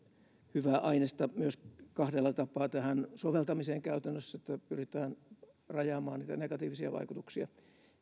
hyvää ainesta kahdella tapaa myös soveltamiseen käytännössä pyritään rajaamaan niitä negatiivisia vaikutuksia